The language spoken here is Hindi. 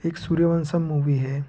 एक सूर्यवंशम मूवी है